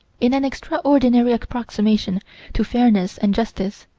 in an extraordinary approximation to fairness and justice,